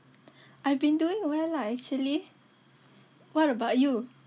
I've been doing well lah actually what about you